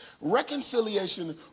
Reconciliation